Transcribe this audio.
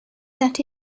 that